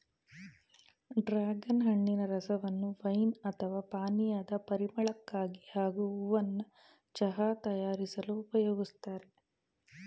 dragon ಹಣ್ಣಿನ ರಸವನ್ನು wine ಅಥವಾ ಪಾನೀಯದ ಪರಿಮಳಕ್ಕಾಗಿ ಹಾಗೂ ಹೂವನ್ನ ಚಹಾ ತಯಾರಿಸಲು ಉಪಯೋಗಿಸ್ತಾರೆ